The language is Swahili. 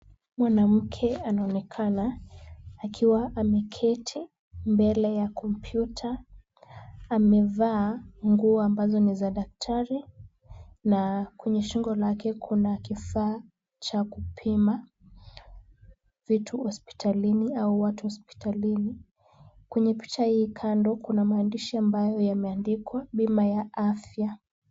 Mwanamke anaonekana akiwa ameketi mbele ya kompyuta. Amevaa nguo ambazo ni za daktari na kwenye shingo lake kuna kifaa cha kupima vitu hospitalini au watu hospitalini. Kwenye picha hii kando kuna maandishi ambayo yameandikwa bima ya afya.